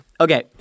Okay